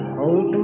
hold